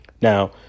now